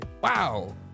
Wow